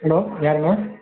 hello யாருங்க